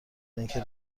اینکه